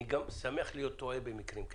אני גם שמח להיות טועה במקרים כאלה.